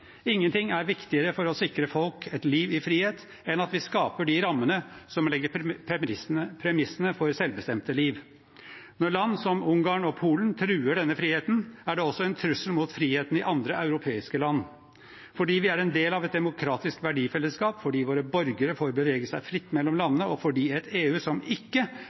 Ingenting er viktigere for å sikre folk et liv i frihet enn at vi skaper de rammene som legger premissene for et selvbestemt liv. Når land som Ungarn og Polen truer denne friheten, er det også en trussel mot friheten i andre europeiske land fordi vi er en del av et demokratisk verdifellesskap, fordi våre borgere får bevege seg fritt mellom landene, og fordi et EU som ikke